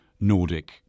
Nordic